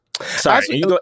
sorry